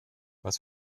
was